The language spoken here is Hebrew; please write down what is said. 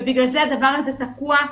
ובגלל זה הדבר הזה תקוע.